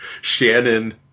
Shannon